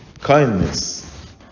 kindness